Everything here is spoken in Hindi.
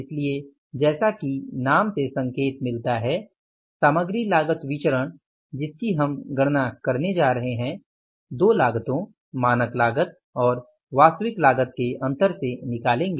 इसलिए जैसा कि नाम से संकेत मिलता है सामग्री लागत विचरण जिसकी हम गणना करने जा रहे हैं है दो लागतों मानक लागत और वास्तविक लागत के अंतर से निकालेंगे